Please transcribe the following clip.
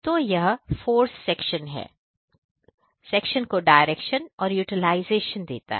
तो यह force section को डायरेक्शन और यूटिलाइजेशन देता है